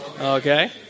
Okay